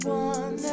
one